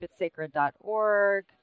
keepitsacred.org